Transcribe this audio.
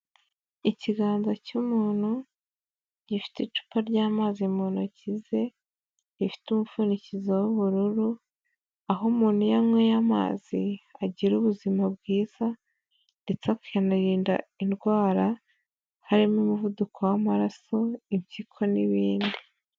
ikiganza cy'umuntu gifite icupa ry'amazi mu ntoki ze rifite umupfundikizo w'ubururu aho umuntu yanyweye' amazi agira ubuzima bwiza ndetse akanarinda indwara harimo umuvuduko w'amaraso impyiko n'ibindi